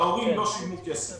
ההורים לא שילמו כסף,